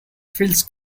feels